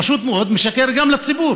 פשוט מאוד הוא משקר גם לציבור,